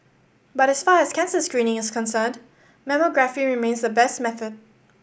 but as far as cancer screening is concerned mammography remains the best method